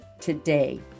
Today